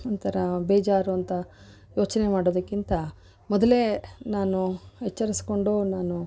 ಒಂಥರ ಬೇಜಾರು ಅಂತ ಯೋಚನೆ ಮಾಡೋದಕ್ಕಿಂತ ಮೊದಲೇ ನಾನು ವಿಚಾರಿಸ್ಕೊಂಡು ನಾನು